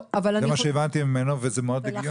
זה מה שהבנתי ממנו וזה מאוד הגיוני.